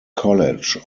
college